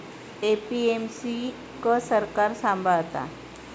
APMC क सरकार सांभाळता